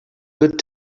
good